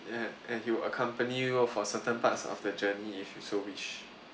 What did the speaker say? and and he would accompany you for a certain parts of the journey if you so wish